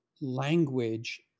language